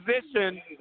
position